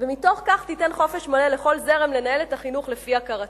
ומתוך כך תיתן חופש מלא לכל זרם לנהל את החינוך לפי הכרתו.